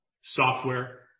software